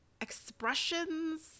expressions